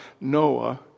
Noah